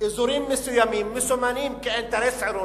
אזורים מסוימים מסומנים כאינטרס עירוני,